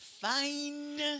Fine